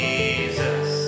Jesus